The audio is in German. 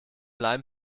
leim